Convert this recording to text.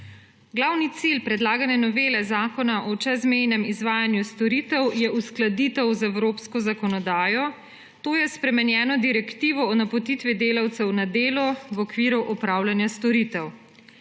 Glavni cilj predlagane novele Zakona o čezmejnem izvajanju storitev je uskladitev z evropsko zakonodajo, to je spremenjeno Direktivo o napotitvi delavcev na delo v okviru opravljanja storitev.